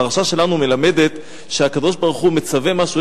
הפרשה שלנו מלמדת שכשהקדוש-ברוך-הוא מצווה משהו,